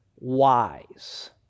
wise